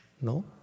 No